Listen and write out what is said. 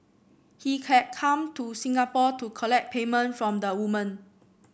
he had come to Singapore to collect payment from the woman